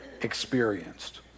experienced